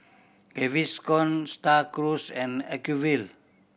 Gaviscon Star Cruise and Acuvue